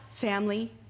family